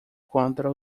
contra